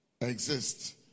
exist